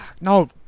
no